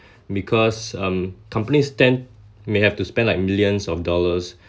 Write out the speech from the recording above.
because um companies tend may have to spend like millions of dollars